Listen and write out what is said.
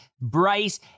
Bryce